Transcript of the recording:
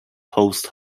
post